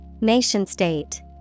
Nation-state